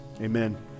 amen